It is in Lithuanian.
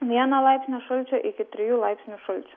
vieno laipsnio šalčio iki trijų laipsnių šalčio